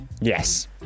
Yes